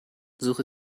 suche